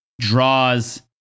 draws